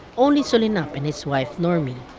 only solinap and his wife normie,